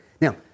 Now